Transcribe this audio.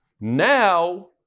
Now